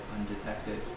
undetected